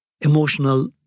emotional